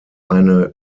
eine